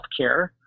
healthcare